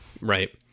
Right